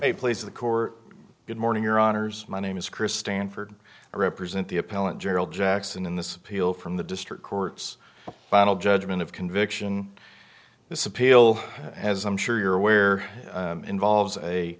a place of the core good morning your honors my name is chris stanford i represent the appellant gerald jackson in this appeal from the district courts final judgment of conviction this appeal as i'm sure you're aware involves a